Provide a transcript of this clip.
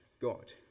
God